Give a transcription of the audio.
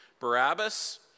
Barabbas